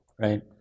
right